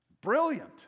Brilliant